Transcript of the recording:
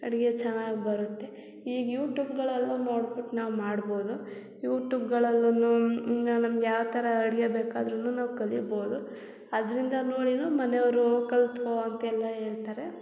ಅಡುಗೆ ಚೆನ್ನಾಗಿ ಬರುತ್ತೆ ಈಗ ಯುಟೂಬ್ಗಳಲ್ಲೂ ನೋಡ್ಬುಟ್ಟು ನಾವು ಮಾಡ್ಬೋದು ಯುಟೂಬ್ಗಳಲ್ಲೂ ಇನ್ನು ನಮ್ಗೆ ಯಾವ ಥರ ಅಡುಗೆ ಬೇಕಾದ್ರೂ ನಾವು ಕಲಿಬೌದು ಅದರಿಂದ ನೋಡಿಯೂ ಮನೆಯವ್ರೂ ಕಲ್ತುಕೋ ಅಂತೆಲ್ಲ ಹೇಳ್ತಾರೆ